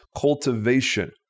cultivation